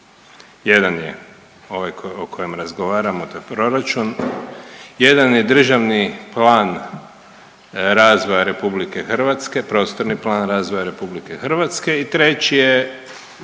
jedan je ovaj o kojem razgovaramo, a to je proračun, jedan je državni plan razvoja RH, prostorni plan razvoja RH i treći je